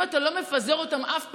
אם אתה לא מפזר אותם אף פעם,